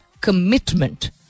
commitment